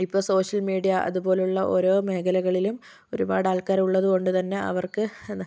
ഇപ്പോൾ social media അതുപോലുള്ള ഓരോ മേഖലകളിലും ഒരുപാട് ആള്ക്കാർ ഉള്ളതുകൊണ്ട് തന്നെ അവര്ക്ക്